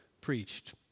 preached